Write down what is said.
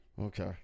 Okay